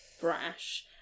brash